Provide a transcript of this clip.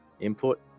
input